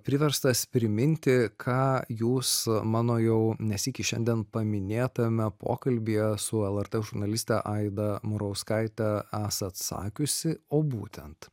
priverstas priminti ką jūs mano jau ne sykį šiandien paminėtame pokalbyje su lrt žurnaliste aida murauskaite esat sakiusi o būtent